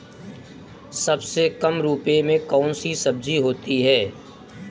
सबसे कम रुपये में कौन सी सब्जी होती है?